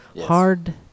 Hard